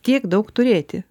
tiek daug turėti